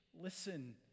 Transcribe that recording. listen